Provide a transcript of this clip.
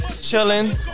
Chilling